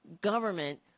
government